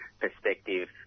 perspective